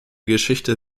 geschichte